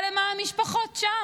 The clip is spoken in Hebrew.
אבל למה המשפחות שם?